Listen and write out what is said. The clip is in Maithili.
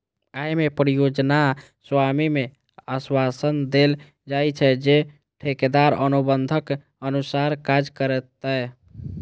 अय मे परियोजना स्वामी कें आश्वासन देल जाइ छै, जे ठेकेदार अनुबंधक अनुसार काज करतै